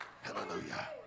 Hallelujah